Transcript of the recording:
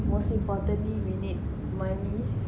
most importantly we need money